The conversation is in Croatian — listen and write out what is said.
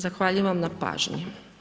Zahvaljujem na pažnji.